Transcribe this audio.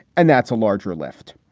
and that's a larger lift.